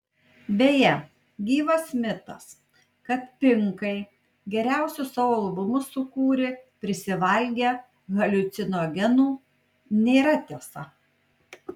beje gyvas mitas kad pinkai geriausius savo albumus sukūrė prisivalgę haliucinogenų nėra tiesa